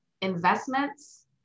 investments